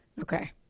okay